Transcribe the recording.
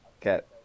get